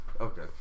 Okay